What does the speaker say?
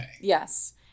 Yes